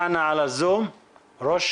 ראש